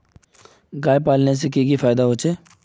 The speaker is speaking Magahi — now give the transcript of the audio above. गाय पालने से की की फायदा होचे?